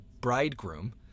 bridegroom